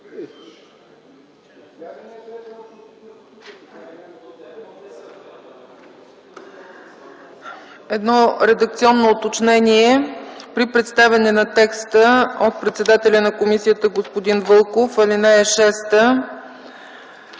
Едно редакционно уточнение. При представяне на текста от председателя на комисията господин Вълков, в ал.